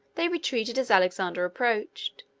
they retreated as alexander approached.